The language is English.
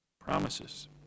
Promises